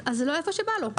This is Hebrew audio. זה לא איפה שבא לו.